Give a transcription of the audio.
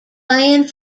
playing